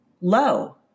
low